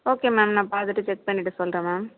okay ma'am நான் பார்த்துட்டு check பண்ணிவிட்டு சொல்கிறேன் மேம்